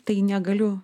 tai negaliu